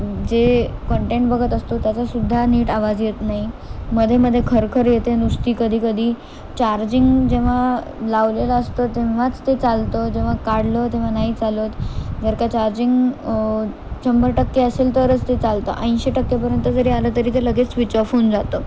जे कंटेंट बघत असतो त्याचासुद्धा नीट आवाज येत नाही मध्येमध्ये खरखर येते नुसती कधी कधी चार्जिंग जेव्हा लावलेलं असतं तेव्हाच ते चालतं जेव्हा काढलं तेव्हा नाही चालत जर का चार्जिंग शंभर टक्के असेल तरच ते चालतं ऐंशी टक्केपर्यंत जरी आलं तरी ते लगेच स्विच ऑफ होऊन जातं